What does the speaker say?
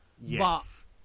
Yes